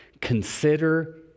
Consider